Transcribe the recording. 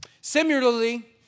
Similarly